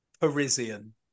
Parisian